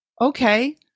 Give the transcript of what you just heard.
okay